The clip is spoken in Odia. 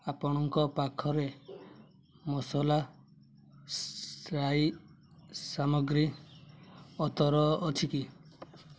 ଆପଣଙ୍କ ପାଖରେ ମସଲା ଟ୍ରାଇ ସାମଗ୍ରୀ ଅତର ଅଛି କି